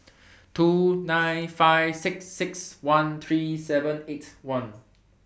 two nine five six six one three seven eight one